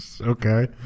Okay